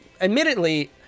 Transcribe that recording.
admittedly